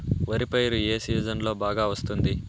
వరి పైరు ఏ సీజన్లలో బాగా వస్తుంది